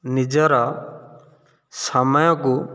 ନିଜର ସମୟକୁ